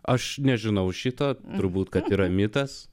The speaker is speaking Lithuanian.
aš nežinau šito turbūt kad yra mitas